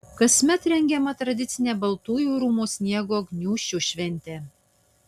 kasmet rengiama tradicinė baltųjų rūmų sniego gniūžčių šventė